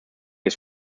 ist